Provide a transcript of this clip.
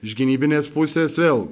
iš gynybinės pusės vėl